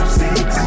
six